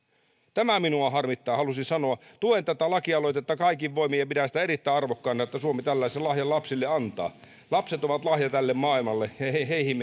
tämä minua harmittaa halusin sanoa tuen tätä lakialoitetta kaikin voimin ja pidän erittäin arvokkaana että suomi tällaisen lahjan lapsille antaa lapset ovat lahja tälle maailmalle ja heihin